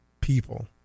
people